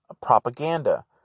propaganda